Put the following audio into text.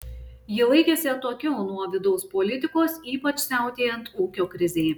ji laikėsi atokiau nuo vidaus politikos ypač siautėjant ūkio krizei